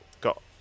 got